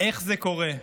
איך זה קורה?